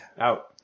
Out